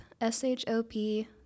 S-H-O-P